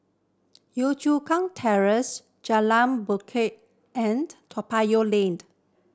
Yio Chu Kang Terrace Jalan Bingka and Toa Payoh Lane